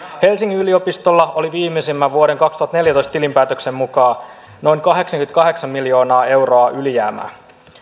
helsingin yliopistolla oli viimeisimmän vuoden kaksituhattaneljätoista tilinpäätöksen mukaan noin kahdeksankymmentäkahdeksan miljoonaa euroa ylijäämää